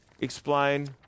explain